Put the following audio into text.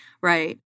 right